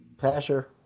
Passer